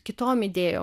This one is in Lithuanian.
kitom idėjom